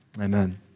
Amen